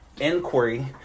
Inquiry